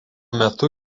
metu